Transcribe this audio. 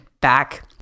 back